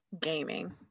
gaming